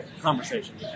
conversation